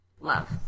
Love